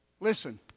Listen